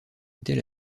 était